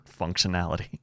functionality